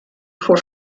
for